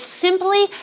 simply